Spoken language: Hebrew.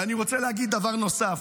ואני רוצה להגיד דבר נוסף: